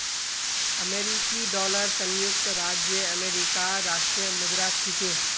अमेरिकी डॉलर संयुक्त राज्य अमेरिकार राष्ट्रीय मुद्रा छिके